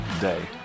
day